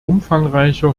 umfangreicher